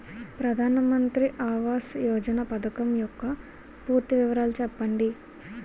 ప్రధాన మంత్రి ఆవాస్ యోజన పథకం యెక్క పూర్తి వివరాలు చెప్పండి?